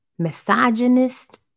Misogynist